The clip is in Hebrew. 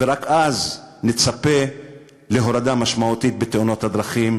ורק אז נצפה להורדה משמעותית בתאונות הדרכים?